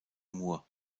mur